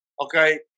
Okay